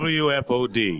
wfod